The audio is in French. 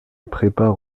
prépare